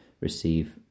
receive